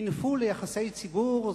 מינפו ליחסי ציבור.